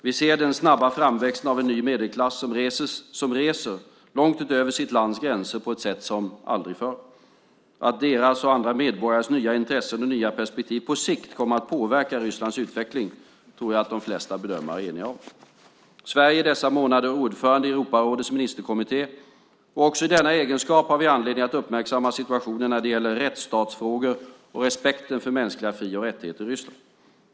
Vi ser den snabba framväxten av en ny medelklass som reser långt utöver sitt lands gränser på ett sätt som aldrig förr. Att deras och andra medborgares nya intressen och nya perspektiv på sikt kommer att påverka Rysslands utveckling tror jag de flesta bedömare är eniga om. Sverige är dessa månader ordförande i Europarådets ministerkommitté och också i denna egenskap har vi anledning att uppmärksamma situationen när det gäller rättsstatsfrågor och respekten för mänskliga fri och rättigheter i Ryssland.